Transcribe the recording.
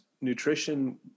nutrition